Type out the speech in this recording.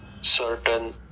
certain